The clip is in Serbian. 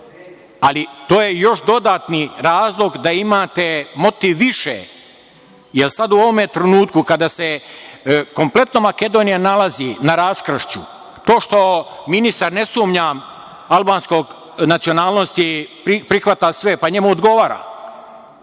Ali, to je još dodatni razlog da imate motiv više, jer sad u ovome trenutku kada se kompletno Makedonija nalazi na raskršću, to što ministar ne sumnjam, albanske nacionalnosti, prihvata sve, pa njemu odgovara.